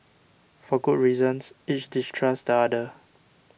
for good reasons each distrusts the other